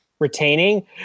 retaining